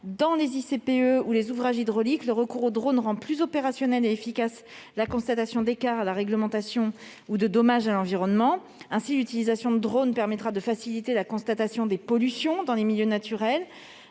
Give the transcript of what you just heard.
Dans les ICPE ou les ouvrages hydrauliques, le recours aux drones rend plus opérationnelle et efficace la constatation d'écarts à la réglementation ou de dommages à l'environnement. Ainsi, l'utilisation de drones permettra de faciliter la constatation des pollutions dans les milieux naturels,